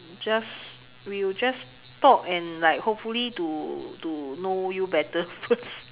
just we will just talk and like hopefully to to know you better first